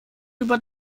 über